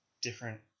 different